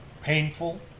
painful